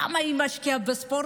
כמה היא משקיעה בספורט,